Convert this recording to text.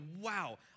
wow